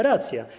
Racja.